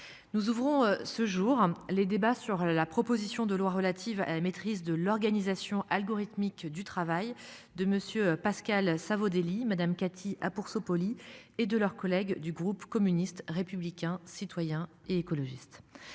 Nous ouvrons ce jour les débats sur la proposition de loi relative à la maîtrise de l'organisation algorithmique du travail de monsieur Pascal Savoldelli Madame Cathy ah pour polie et de leurs collègues du groupe communiste, républicain, citoyen et écologiste.